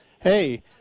Hey